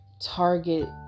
target